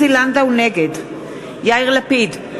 נגד יאיר לפיד,